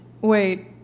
Wait